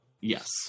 Yes